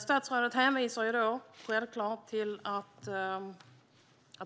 Statsrådet hänvisar självklart, som vi hör,